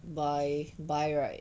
buy buy right